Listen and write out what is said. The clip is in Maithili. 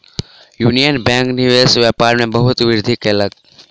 यूनियन बैंक निवेश व्यापार में बहुत वृद्धि कयलक